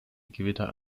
gewitter